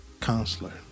counselor